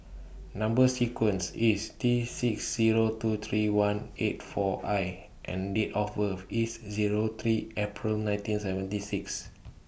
Number sequence IS T six Zero two three one eight four I and Date of birth IS Zero three April nineteen seventy six